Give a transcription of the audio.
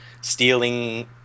stealing